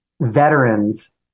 veterans